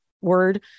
word